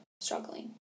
struggling